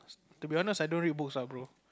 to be honest I don't read books ah bro